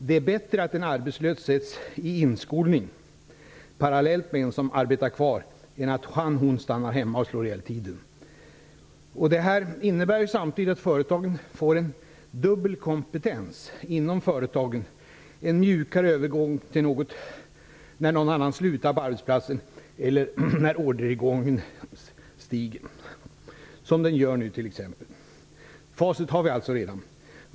Det är bättre att den arbetslöse inskolas parallellt med en som arbetar kvar än att han/hon stannar hemma och slår ihjäl tiden. Detta innebär samtidigt att företagen får dubbel kompetens. Det blir en mjukare övergång när någon slutar på arbetsplatsen eller när orderingången stiger, som den gör nu t.ex. Facit har vi alltså redan.